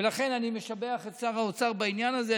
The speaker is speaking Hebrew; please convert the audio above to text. ולכן אני משבח את שר האוצר בעניין הזה.